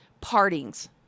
partings